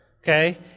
okay